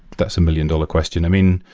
that's a million dollar question i mean,